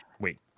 Wait